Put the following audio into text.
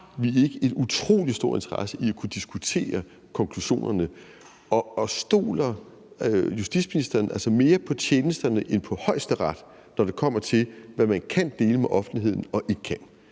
vi ikke en utrolig stor interesse i at kunne diskutere konklusionerne, og stoler justitsministeren mere på tjenesterne end på Højesteret, når det kommer til, hvad man kan dele med offentligheden og ikke kan?